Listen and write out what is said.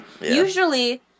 Usually